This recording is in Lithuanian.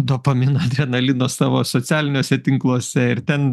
dopamino adrenalino savo socialiniuose tinkluose ir ten